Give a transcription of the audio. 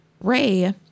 Ray